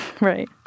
Right